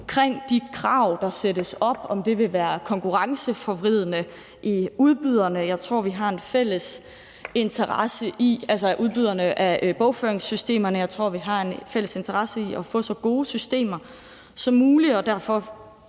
omkring de krav, der sættes op, altså om det vil være konkurrenceforvridende i forhold til udbyderne af bogføringssystemerne. Jeg tror, vi har en fælles interesse i at få så gode systemer som muligt, og derfor